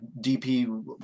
DP